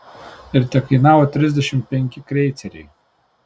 ir tekainavo trisdešimt penki kreiceriai